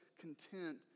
content